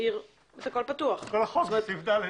כל החוק הוא סעיף (ד).